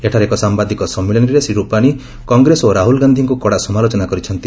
ଏଠାରେ ଏକ ସାମ୍ଘାଦିକ ସମ୍ମିଳନୀରେ ଶ୍ରୀ ର୍ ପାଣୀ କଂଗ୍ରେସ ଓ ରାହୁଲ ଗାଧିଙ୍ଙୁ କଡ଼ା ସମାଲୋଚନା କରିଛନ୍ତି